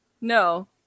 no